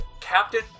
captain